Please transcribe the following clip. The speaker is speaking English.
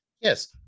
Yes